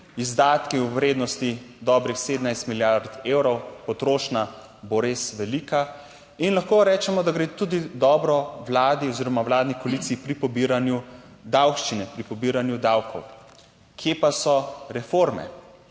izdatki v vrednosti dobrih 17 milijard evrov, potrošnja bo res velika in lahko rečemo, da gre tudi dobro vladi oziroma vladni koaliciji pri pobiranju davščine, pri pobiranju davkov. Kje pa so reforme